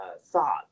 thought